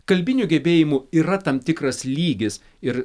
kalbinių gebėjimų yra tam tikras lygis ir